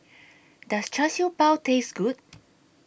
Does Char Siew Bao Taste Good